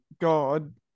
God